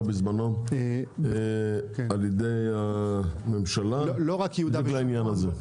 בזמנו על ידי הממשלה בדיוק לעניין הזה.